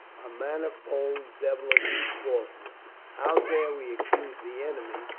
a manifold devilish falseness. how dare we accuse the enemy,